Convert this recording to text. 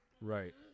Right